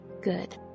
good